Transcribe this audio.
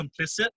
complicit